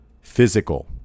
physical